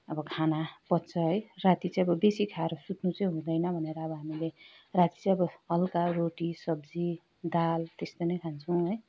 अब खाना पच्छ है राति चाहिँ अब बेसी खाएर सुत्नु चाहिँ हुँदैन भनेर अब हामीले राति चाहिँ अब हलुका रोटी सब्जी दाल त्यस्तो नै खान्छौँ है